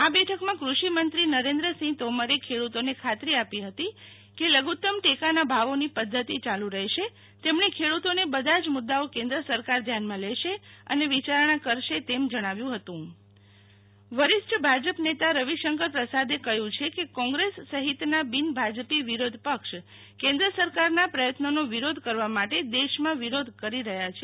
આ બેઠકમાં કૃષિમંત્રી નરેન્દ્રસિંહ તોમરે ખેડૂતોને ખાતરી આપી હતી કે લઘુત્તમ ટેકાના ભાવોની પધ્ધતિ યાલુ રહેશે તેમણે ખેડૂતોને બધા જ મુદ્દાઓ કેન્દ્ર સરકાર ધ્યાનમાં લેશે અને વિચારણા કરશે તેમ જણાવ્યું હતું શીતલ વૈશ્નવ રવિશંકર પ્રસાદ વરીષ્ઠ ભાજપનેતા રવિશંકર પ્રસાદે કહ્યું છે કે કોંગ્રેસ સહિત ના બિન ભાજપી વિરોધ પક્ષ કેન્દ્ર સરકારના પ્રયત્નોનો વિરોધ કરવા માટે દેશમાં વિરોધ કર્વા માટે દેશમાં વિરોધ કરી રહ્યા છે